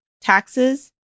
taxes